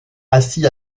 assis